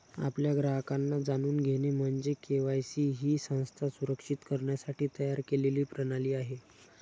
आपल्या ग्राहकांना जाणून घेणे म्हणजे के.वाय.सी ही संस्था सुरक्षित करण्यासाठी तयार केलेली प्रणाली आहे